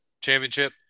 championship